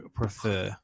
prefer